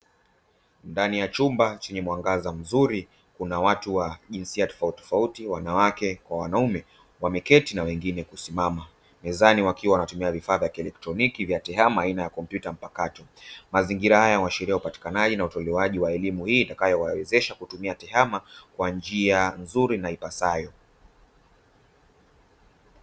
Ndani ya chumba chenye mwangaza mzuri, kuna watu wa jinsia tofautitofauti; wanawake kwa wanaume, wameketi na wengine kusimama. Mezani wakiwa wanatumia vifaa vya kielektroniki vya tehama aina ya kompyuta mpakato. Mazingira haya huashiria upatikanaji na utolewaji wa elimu hii itakayowawezesha kutumia tehama kwa njia nzuri na ipasayo.